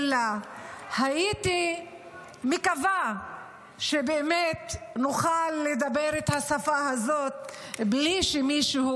הייתי מקווה שבאמת נוכל לדבר את השפה הזאת בלי שמישהו